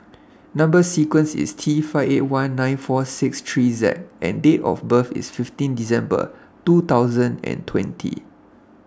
Number sequence IS T five eight one nine four six three Z and Date of birth IS fifteen December two thousand and twenty